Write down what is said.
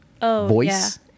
voice